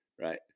right